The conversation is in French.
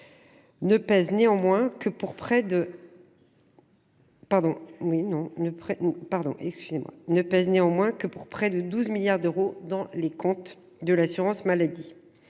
ne pèsent néanmoins que pour près de 12 milliards d’euros dans les comptes de l’assurance maladie.